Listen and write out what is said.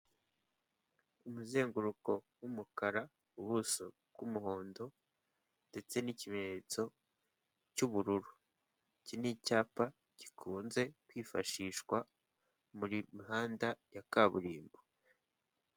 Umuzenguruko w'umukara, ubuso bw'umuhondo ndetse n'ikimenyetso cy'ubururu. Iki ni icyapa gikunze kwifashishwa mu mihanda ya kaburimbo.